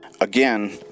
Again